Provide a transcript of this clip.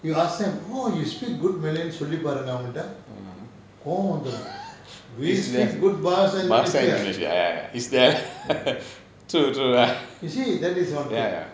you ask them !wah! you speak good malay னு சொல்லி பாருங்க அவன் கிட்ட கோவம் வந்துரும்:nu solli paarunga avankitta kovam vanthurum we speak good bahasa indonesia you see that is one thing